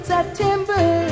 September